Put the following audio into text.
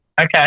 okay